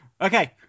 Okay